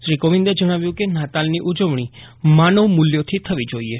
શ્રી કોવીદિ જજ્ઞાવ્યું કે નાતાલની ઉજવણી માનવ મૂલ્યોથી થવી જોઇએ